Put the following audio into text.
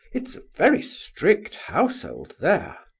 it's a very strict household, there!